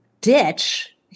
ditch